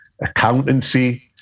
accountancy